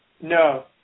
No